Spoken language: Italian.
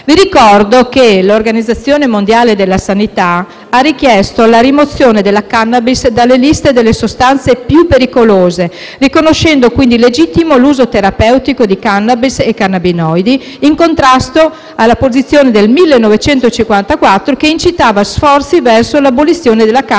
Ricordo che l'Organizzazione mondiale della sanità ha richiesto la rimozione della *cannabis* dalle liste delle sostanze più pericolose, riconoscendo quindi legittimo l'uso terapeutico di *cannabis* e cannabinoidi, in contrasto con la posizione del 1954 che incitava a compiere sforzi verso l'abolizione della *cannabis*